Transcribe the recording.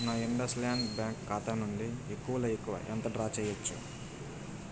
నా IndusInd bank ఖాతా నుండి ఎక్కువలఎక్కువ ఎంత డ్రా చేయచ్చు